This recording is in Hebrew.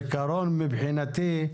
אבל העיקרון מבחינתי,